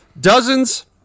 Dozens